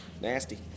nasty